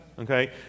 okay